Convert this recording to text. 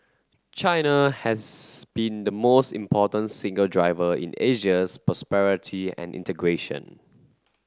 China has been the most important single driver in Asia's prosperity and integration